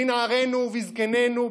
בנערינו ובזקנינו,